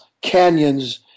canyons